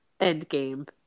Endgame